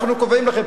אנחנו קובעים לכם.